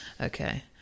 Okay